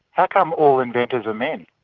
how come all inventors are men?